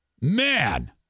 Man